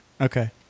Okay